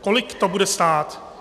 Kolik to bude stát?